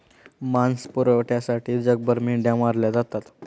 मांस पुरवठ्यासाठी जगभर मेंढ्या मारल्या जातात